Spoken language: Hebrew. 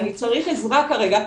אני צריך עזרה כרגע,